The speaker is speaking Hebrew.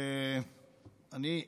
שאני,